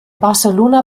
barcelona